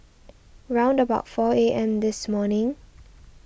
round about four A M this morning